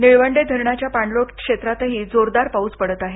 निळवंडे धरणाच्या पाणलोट क्षेत्रातही जोरदार पाउस पडत आहे